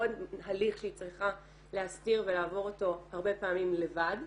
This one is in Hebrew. עוד הליך שהיא צריכה להסתיר ולעבור אותו הרבה פעמים לבד.